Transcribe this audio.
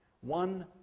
One